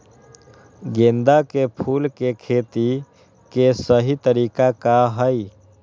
गेंदा के फूल के खेती के सही तरीका का हाई?